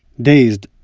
dazed,